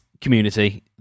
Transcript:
Community